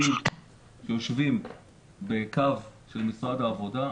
יושבים בקו של משרד העבודה,